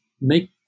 make